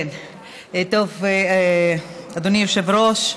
אדוני היושב-ראש,